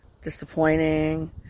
disappointing